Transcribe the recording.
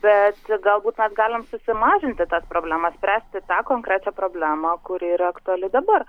bet galbūt mes galim susimažinti tas problemas spręsti tą konkrečią problemą kuri yra aktuali dabar